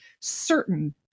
certain